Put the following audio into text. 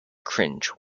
cringe